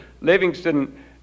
Livingston